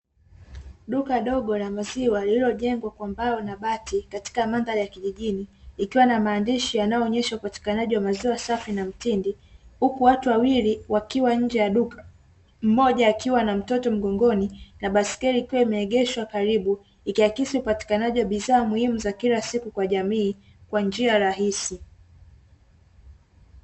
Duka dogo la maziwa lililojengwa kwa mbao na bati katika mandhari ya kijijini ikiwa na maandishi yanayoonyesha upatikanaji wa maziwa safi na mtindi, huku watu wawili wakiwa nje ya duka mmoja akiwa na mtoto mgongoni, na baiskeli ikiwa imeegeshwa karibu ikiakisi upatikanaji wa bidhaa muhimu za kila siku kwa jamii kwa njia rahisi.